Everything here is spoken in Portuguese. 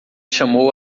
chamou